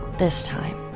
this time,